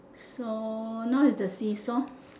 so now is the see-saw